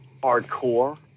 hardcore